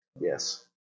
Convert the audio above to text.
Yes